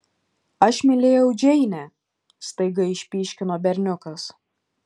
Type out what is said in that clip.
aš mylėjau džeinę staiga išpyškino berniukas